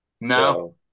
No